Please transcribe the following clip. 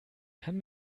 kann